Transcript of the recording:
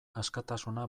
askatasuna